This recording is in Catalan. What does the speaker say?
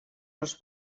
els